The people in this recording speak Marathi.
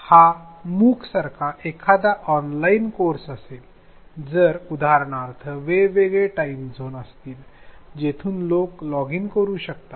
जर हा मूक सारखा एखादा ऑनलाईन कोर्स असेल तर उदाहरणार्थ वेगवेगळे टाइम झोन असतील जेथून लोक लॉगिन करू शकतात